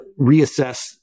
reassess